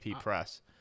Press